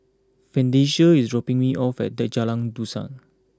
Francesca is dropping me off at Jalan Dusan